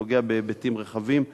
הוא נוגע בהיבטים רחבים.